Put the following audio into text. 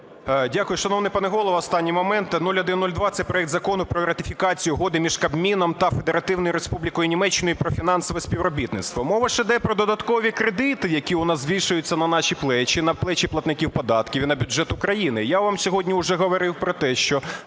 Дякую, шановний пане Голово. Останній момент. 0102 – це проект Закону про ратифікацію Угоди між Кабміном та Федеративною Республікою Німеччина про фінансове співробітництво. Мова ж іде про додаткові кредити, які у нас вішаються на наші плечі, на плечі платників податків і на бюджет України. Я вам сьогодні уже говорив про те, що